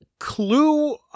clue